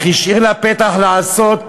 אך השאיר לה פתח לעשות,